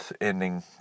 ending